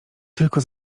tylko